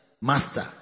master